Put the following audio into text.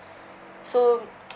so